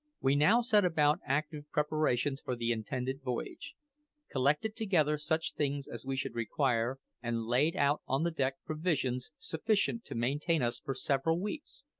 we now set about active preparations for the intended voyage collected together such things as we should require, and laid out on the deck provisions sufficient to maintain us for several weeks,